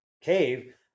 cave